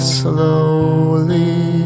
slowly